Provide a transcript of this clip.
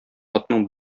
атның